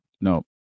no